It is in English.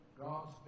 God's